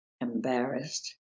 embarrassed